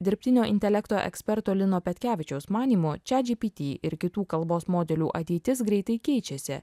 dirbtinio intelekto eksperto lino petkevičiaus manymu chatgpt ir kitų kalbos modelių ateitis greitai keičiasi